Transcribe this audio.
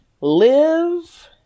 Live